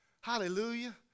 hallelujah